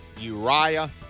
Uriah